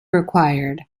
required